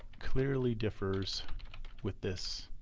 clearly differs with this